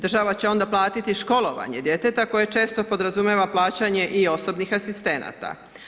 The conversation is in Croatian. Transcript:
Država će onda platiti školovanje djeteta koje često podrazumijeva plaćanje i osobnih asistenata.